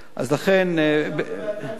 אז לכן, אבל עכשיו זה בידיים שלכם.